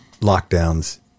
lockdowns